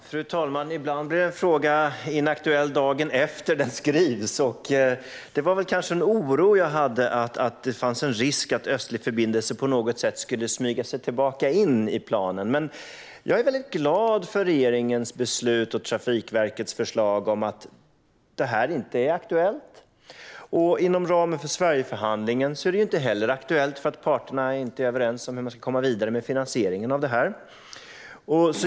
Fru talman! Ibland blir en fråga inaktuell dagen efter att den skrivs. Jag hade väl en oro för att det skulle finnas en risk för att Östlig förbindelse på något sätt skulle smyga sig tillbaka in i planen. Men jag är väldigt glad för regeringens beslut och Trafikverkets förslag om att det här inte är aktuellt. Inom ramen för Sverigeförhandlingen är det inte heller aktuellt, då parterna inte är överens om hur man ska komma vidare med finansieringen av det här.